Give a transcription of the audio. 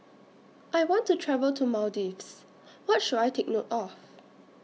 I want to travel to Maldives What should I Take note of